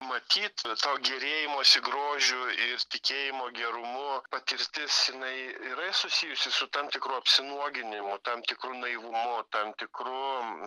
matyt to gėrėjimosi grožiu ir tikėjimo gerumu patirtis jinai yra susijusi su tam tikru apsinuoginimu tam tikru naivumu tam tikru